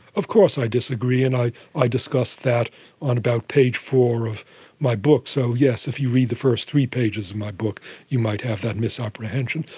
of course i disagree, and i i discuss that on about page four of my book, so yes, if you read the first three pages of my book you might have that misapprehension.